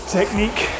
technique